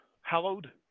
Hallowed